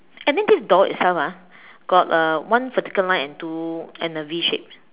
and then this door itself ah got uh one vertical line and two and a V shape